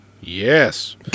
Yes